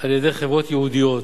על-ידי חברות ייעודיות.